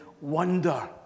wonder